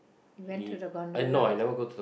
we went to the gondola